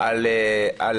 על מה?